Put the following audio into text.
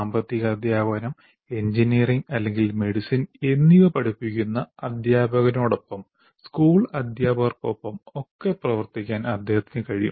സാമ്പത്തിക അധ്യാപനം എഞ്ചിനീയറിംഗ് അല്ലെങ്കിൽ മെഡിസിൻ എന്നിവ പഠിപ്പിക്കുന്ന അധ്യാപകനോടൊപ്പം സ്കൂൾ അധ്യാപകർക്കൊപ്പം ഒക്കെ പ്രവർത്തിക്കാൻ അദ്ദേഹത്തിന് കഴിയും